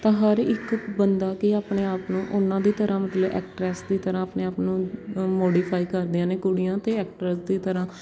ਤਾਂ ਹਰ ਇੱਕ ਬੰਦਾ ਕਿ ਆਪਣੇ ਆਪ ਨੂੰ ਉਹਨਾਂ ਦੀ ਤਰ੍ਹਾਂ ਮਤਲਬ ਐਕਟ੍ਰੈਸ ਦੀ ਤਰ੍ਹਾਂ ਆਪਣੇ ਆਪ ਨੂੰ ਮੋਡੀਫਾਏ ਕਰਦੀਆਂ ਨੇ ਕੁੜੀਆਂ ਅਤੇ ਐਕਟ੍ਰੈਸ ਦੀ ਤਰ੍ਹਾਂ